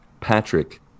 Patrick